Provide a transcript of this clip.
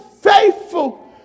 faithful